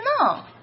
No